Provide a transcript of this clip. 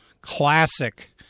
classic